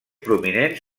prominents